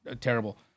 terrible